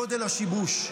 גודל השיבוש.